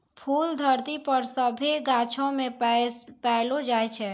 फूल धरती पर सभ्भे गाछौ मे पैलो जाय छै